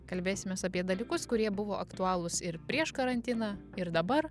kalbėsimės apie dalykus kurie buvo aktualūs ir prieš karantiną ir dabar